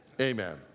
Amen